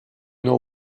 know